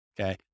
Okay